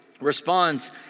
responds